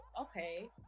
okay